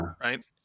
right